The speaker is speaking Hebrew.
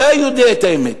אתה יודע את האמת.